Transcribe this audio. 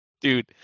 dude